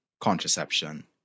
contraception